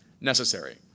necessary